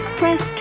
press